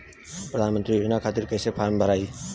प्रधानमंत्री योजना खातिर कैसे फार्म भराई?